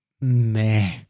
meh